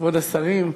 כבוד השרים,